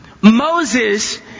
Moses